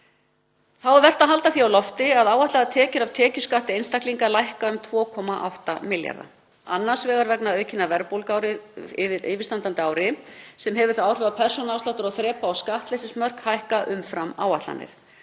Þá er vert að halda því á lofti að áætlaðar tekjur af tekjuskatti einstaklinga lækka um 2,8 milljarða, annars vegar vegna aukinnar verðbólgu á yfirstandandi ári sem hefur þau áhrif að persónuafsláttur og þrepa- og skattleysismörk hækka umfram áætlanir